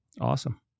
awesome